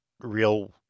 real